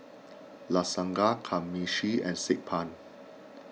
Lasagna Kamameshi and Saag Paneer